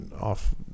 off